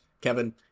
Kevin